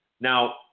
Now